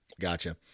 Gotcha